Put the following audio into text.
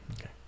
Okay